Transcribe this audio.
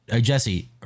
Jesse